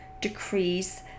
decrease